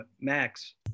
max